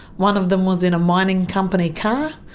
one of them was in a mining company car,